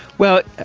well,